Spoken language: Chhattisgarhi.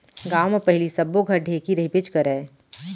गॉंव म पहिली सब्बो घर ढेंकी रहिबेच करय